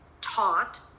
taught